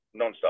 nonstop